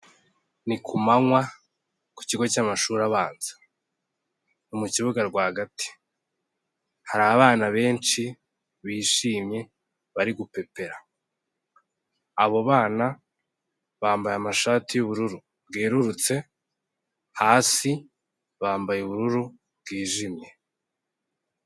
Ni ku manywa ku kigo cy'amashuri abanza mu kibuga rwagati. Hari abana benshi bishimye bari gupepera. Abo bana bambaye amashati y'ubururu bwerurutse, hasi bambaye ubururu bwijimye.